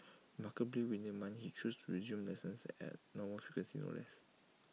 remarkably within A month he chose to resume lessons at normal frequency no less